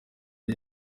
ari